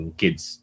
kids